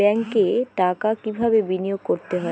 ব্যাংকে টাকা কিভাবে বিনোয়োগ করতে হয়?